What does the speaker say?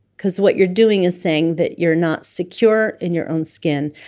because what you're doing is saying that you're not secure in your own skin.